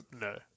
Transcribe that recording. No